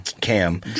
Cam